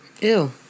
Ew